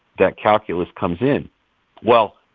that calculus comes in well,